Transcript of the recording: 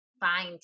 fine